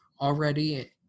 Already